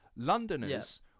Londoners